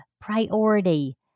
priority